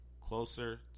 Closer